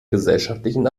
gesellschaftlichen